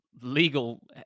legal